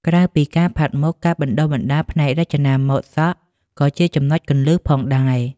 ក្រៅពីការផាត់មុខ ការបណ្តុះបណ្តាលផ្នែករចនាម៉ូដសក់ក៏ជាចំណុចគន្លឹះផងដែរ។